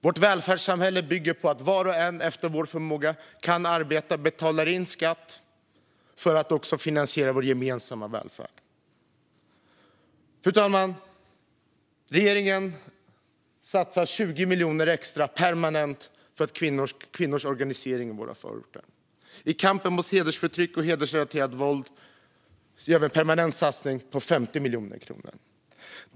Vårt välfärdssamhälle bygger på att var och en efter förmåga arbetar, betalar in skatt och finansierar vår gemensamma välfärd. Fru talman! Regeringen satsar 20 miljoner extra permanent för kvinnors organisering i våra förorter. I kampen mot hedersförtryck och hedersrelaterat våld gör vi en permanent satsning på 50 miljoner kronor.